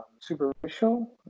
superficial